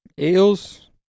Eels